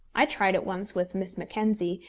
i tried it once with miss mackenzie,